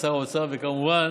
את שר האוצר וכמובן